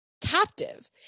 captive